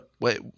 wait